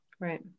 Right